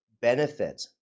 benefit